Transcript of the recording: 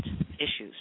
issues